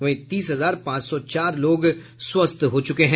वहीं तीस हजार पांच सौ चार लोग स्वस्थ हो चुके हैं